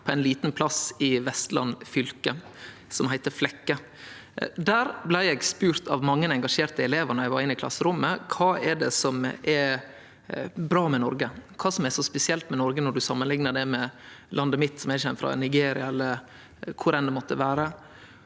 på ein liten plass i Vestland fylke som heiter Flekke. Der blei eg spurt av mange engasjerte elevar då eg var inne i klasserommet: Kva er det som er bra med Noreg? Kva er det som er så spesielt med Noreg når ein samanliknar det med det landet som eg kjem frå – Nigeria eller kvar det måtte vere?